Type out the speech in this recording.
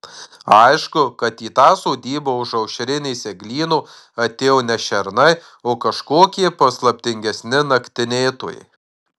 aišku kad į tą sodybą už aušrinės eglyno atėjo ne šernai o kažkokie paslaptingesni naktinėtojai